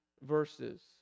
verses